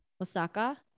Osaka